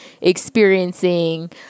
experiencing